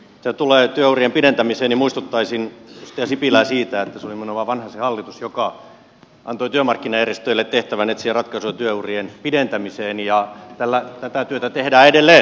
mitä tulee työurien pidentämiseen niin muistuttaisin edustaja sipilää siitä että se oli nimenomaan vanhasen hallitus joka antoi työmarkkinajärjestöille tehtävän etsiä ratkaisuja työurien pidentämiseen ja tätä työtä tehdään edelleen